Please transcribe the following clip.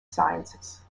sciences